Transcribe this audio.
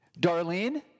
Darlene